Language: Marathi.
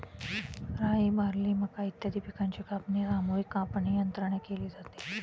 राई, बार्ली, मका इत्यादी पिकांची कापणी सामूहिक कापणीयंत्राने केली जाते